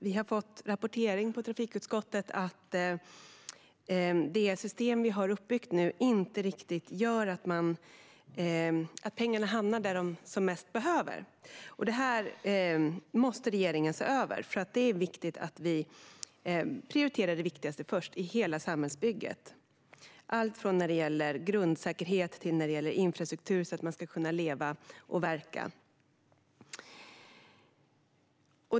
Vi har i trafikutskottet fått rapporter om att det system vi nu har byggt upp inte riktigt gör att pengarna hamnar där de som mest behövs. Detta måste regeringen se över så att vi prioriterar det viktigaste först, i hela samhällsbygget. Det gäller allt från grundsäkerhet till infrastruktur som gör att man kan leva och verka.